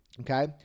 okay